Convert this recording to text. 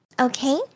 okay